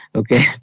okay